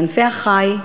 בענפי החי,